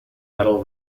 metal